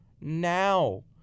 now